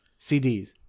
CDs